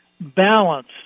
balance